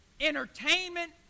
entertainment